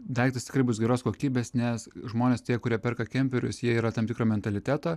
daiktas tikrai bus geros kokybės nes žmonės tie kurie perka kemperius jie yra tam tikro mentaliteto